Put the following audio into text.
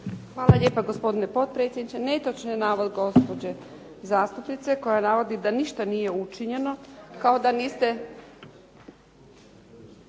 Hvala lijepa, gospodine potpredsjedniče. Netočan je navod gospođe zastupnice koja navodi da ništa nije učinjeno. Kao da niste